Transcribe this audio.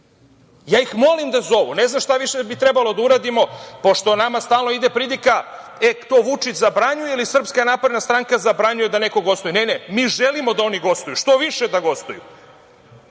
molim ih da zovu. Ne znam šta više bi trebalo da uradimo, pošto nama stalno ide pridika – to Vučić zabranjuje ili SNS zabranjuje da neko gostuje. Ne, ne, mi želimo da oni gostuju, što više da gostuju